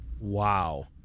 Wow